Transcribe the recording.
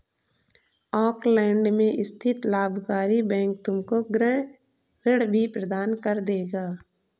Auckland में स्थित लाभकारी बैंक तुमको गृह ऋण भी प्रदान कर देगा